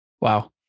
Wow